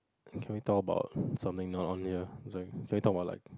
can we talk about something not on here it's like can we talk about like